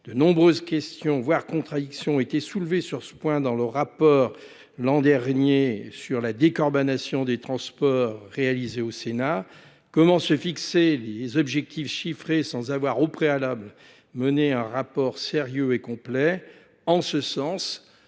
De nombreuses questions, voire contradictions, ont été soulevées sur ce point dans le rapport sénatorial d’information sur la décarbonation des transports du mois de juillet dernier. Comment se fixer des objectifs chiffrés sans avoir au préalable mené un rapport sérieux et complet ?